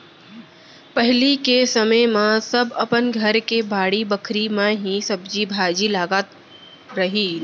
पहिली के समे म सब अपन घर के बाड़ी बखरी म ही सब्जी भाजी लगात रहिन